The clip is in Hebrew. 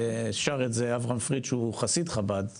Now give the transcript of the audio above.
ושר את זה אברהם פריד שהוא חסיד חב"ד כמדומני,